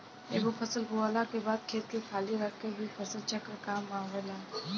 एगो फसल बोअला के बाद खेत के खाली रख के भी फसल चक्र वाला काम होला